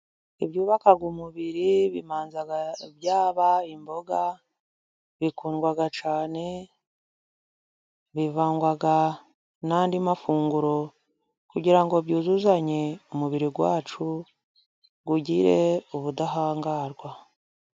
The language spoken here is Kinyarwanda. Ibyubaka umubiri bibanza byaba imboga, bikundwa cyane bivangwa n'andi mafunguro, kugira ngo byuzuzanye umubiri wacu ugire ubudahangarwa.